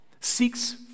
seeks